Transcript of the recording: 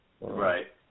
Right